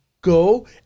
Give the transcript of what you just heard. go